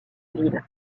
ville